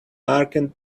market